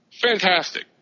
fantastic